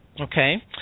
Okay